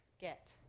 get